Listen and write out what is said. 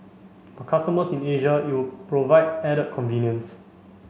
for customers in Asia it would provide added convenience